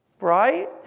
Right